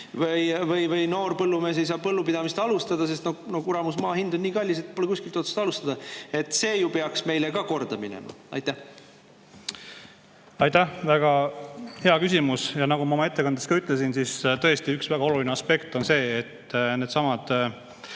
Või noor põllumees ei saa põllupidamist alustada, sest no kuramus, maa hind on nii kallis, et pole kuskilt otsast alustada. See ju peaks meile ka korda minema. Aitäh! Väga hea küsimus. Nagu ma oma ettekandes ka ütlesin, tõesti on üks väga oluline aspekt see, et needsamad,